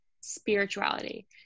spirituality